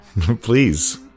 Please